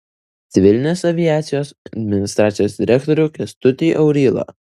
civilinės aviacijos administracijos direktorių kęstutį aurylą